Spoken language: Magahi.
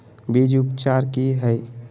बीज उपचार कि हैय?